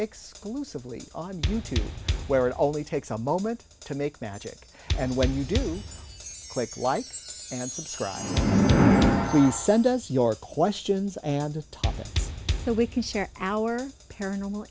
exclusively on you tube where it only takes a moment to make magic and when you do click like and subscribe to send us your questions and to top it so we can share our paranormal